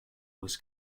was